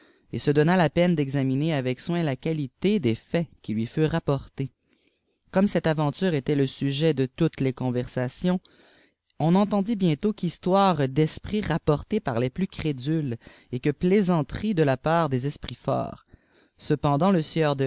el se donna là peine d'examiner avec soin la qualité des faits qui tiii furent rapportés comme cette aventure était le stei de toutes les conversations on n'entendit bientôt qu'histoires d'esprits rapportées par les plus crédules et que plaisanteries de la part des esprits forts cependant le sieur